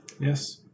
yes